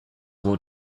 will